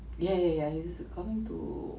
ya ya ya he's coming to